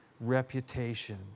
reputation